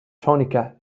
tunica